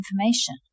information